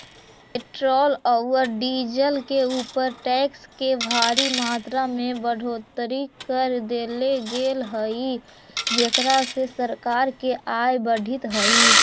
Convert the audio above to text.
petrol औउर diesel के ऊपर टैक्स के भारी मात्रा में बढ़ोतरी कर देले गेल हई जेकरा से सरकार के आय बढ़ीतऽ हई